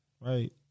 right